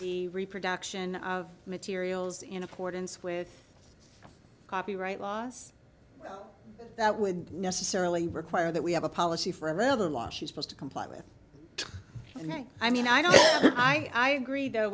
the reproduction of materials in accordance with copyright laws that would necessarily require that we have a policy forever law she's supposed to comply with the night i mean i don't i agree though